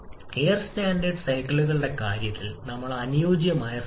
ഇവിടെ 1 2 3 4 അനുയോജ്യമാണ് auto cycle